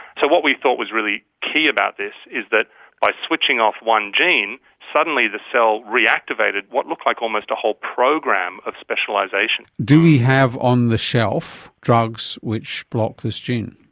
so what we thought was really key about this is that by switching off one gene, suddenly the cell reactivated what looked like almost a whole program of specialisation. do we have on the shelf drugs which block this gene?